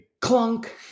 clunk